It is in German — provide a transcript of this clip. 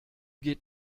geht